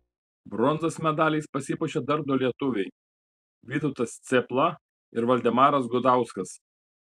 bronzos medaliais pasipuošė dar du lietuviai vytautas cėpla ir valdemaras gudauskas